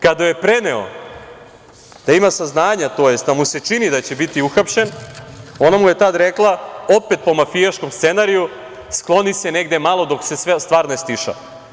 Kada joj je preneo da ima saznanja, tj. da mu se čini da će biti uhapšen, ona mu je tada rekla, opet po mafijaškom scenariju – skloni se negde malo dok se sva stvar ne stiša.